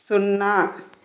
సున్నా